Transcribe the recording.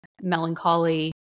melancholy